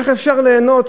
איך אפשר ליהנות?